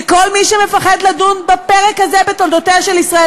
וכל מי שמפחד לדון בפרק הזה בתולדותיה של ישראל,